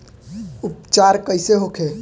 उपचार कईसे होखे?